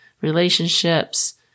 relationships